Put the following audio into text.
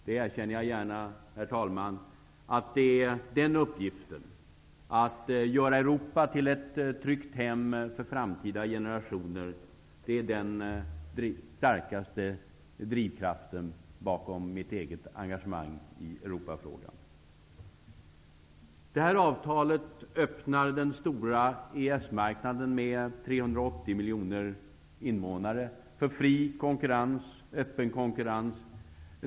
Jag erkänner gärna att det är uppgiften att göra Europa till ett tryggt hem för framtida generationer som är den starkaste drivkraften bakom mitt engagemang i Detta avtal öppnar den stora EES-marknaden med 380 miljoner invånare för fri och öppen konkurrens.